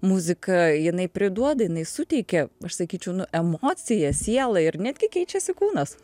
muzika jinai priduoda jinai suteikia aš sakyčiau nu emociją sielą ir netgi keičiasi kūnas